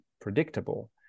predictable